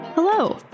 Hello